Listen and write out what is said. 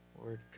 Lord